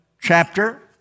chapter